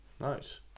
Nice